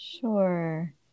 Sure